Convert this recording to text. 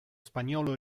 spagnolo